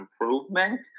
improvement